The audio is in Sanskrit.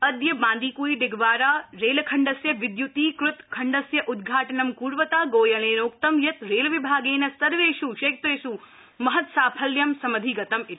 अद्य बांदीकुई डिगवाड़ा रेलखण्डस्य विद्युतीकृत खण्डस्य उद्घाटनं कुर्वता गोयलेनोक्तं यत् रेलविभागेन सर्वेष् क्षेत्रेष् महत्साफल्यं समधिगतम् इति